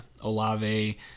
Olave